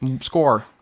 score